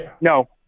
No